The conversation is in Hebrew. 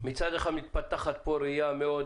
מצד אחד מתפתחת פה ראייה מאוד